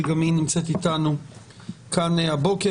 שגם היא נמצאת איתנו כאן הבוקר,